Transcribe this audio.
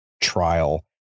trial